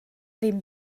ddim